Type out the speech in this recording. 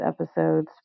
episodes